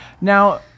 now